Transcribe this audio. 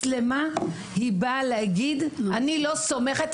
מצלמה היא באה להגיד אני לא סומכת,